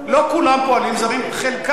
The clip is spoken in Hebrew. כולם שם פועלים זרים, על מה אתה מדבר?